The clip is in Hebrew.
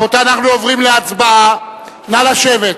רבותי, אנחנו עוברים להצבעה, נא לשבת.